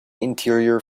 interior